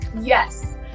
Yes